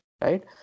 right